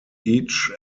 each